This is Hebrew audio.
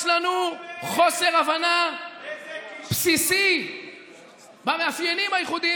יש לנו חוסר הבנה בסיסי במאפיינים הייחודיים